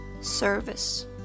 service